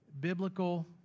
biblical